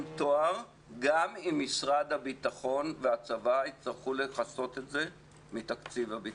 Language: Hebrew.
תואר גם אם משרד הביטחון והצבא יצטרכו לכסות את זה מתקציב הביטחון.